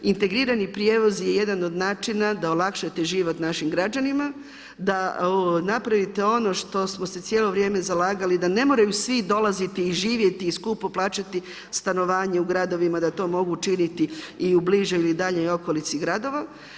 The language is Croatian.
Integrirani prijevoz je jedan od načina, da olakšate život našim građanima, da napravite ono što smo se cijelo vrijeme zalagati, da ne moraju svi dolaziti i živjeti i skupo plaćati stanovanje u gradovima, da to mogu učiniti i u bližoj ili daljnjoj okolici gradova.